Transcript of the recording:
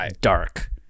dark